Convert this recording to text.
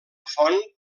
font